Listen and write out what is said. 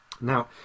Now